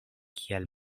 kiel